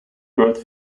growth